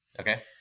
Okay